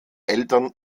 eltern